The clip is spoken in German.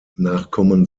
nachkommen